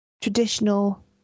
traditional